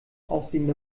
aussehende